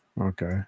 Okay